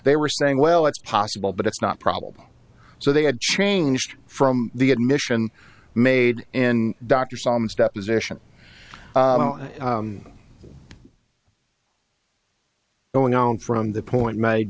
they were saying well it's possible but it's not probable so they had changed from the admission made in dr soms deposition going on from the point made